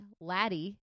Laddie